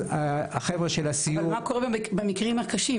אז החבר'ה של הסיור --- אבל מה קורה במקרים הקשים,